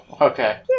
okay